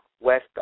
West